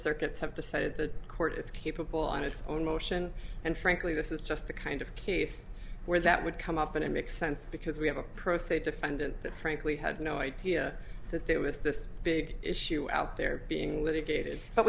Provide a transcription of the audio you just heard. circuits have decided the court is capable on its own motion and frankly this is just the kind of case where that would come up and it makes sense because we have a pro se defendant that frankly had no idea that there was this big issue out there being litigated but